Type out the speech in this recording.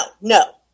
no